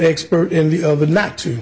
expert in the oven not to